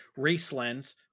Racelens